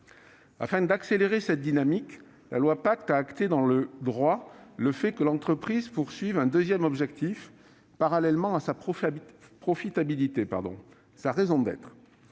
Afin d'accélérer cette dynamique, la loi Pacte a acté dans le droit le fait que l'entreprise a un deuxième objectif, parallèlement à sa profitabilité : sa raison d'être.